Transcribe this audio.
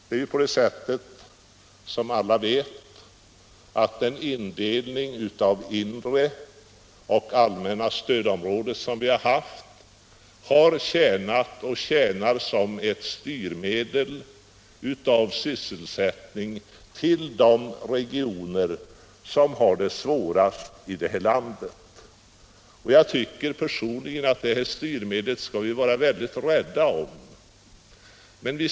Det är, som alla vet, på det sättet att indelningen i ett inre stödområde och ett allmänt stödområde tjänar som ett styrmedel för sysselsättning till de regioner som har det svårast i vårt land. Jag tycker personligen att vi skall vara väldigt rädda om detta styrmedel.